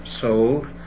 sold